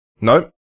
nope